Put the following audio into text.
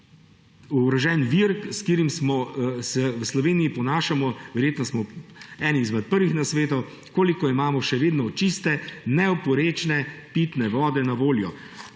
ogrožen vir, s katerim se v Sloveniji ponašamo. Verjetno smo eni izmed prvih na svetu pri tem, koliko imamo še vedno čiste, neoporečne pitne vode na voljo,